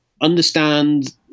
understand